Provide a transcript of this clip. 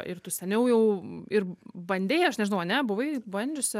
ir tu seniau jau ir bandei aš nežinau ane buvai bandžiusi